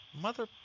mother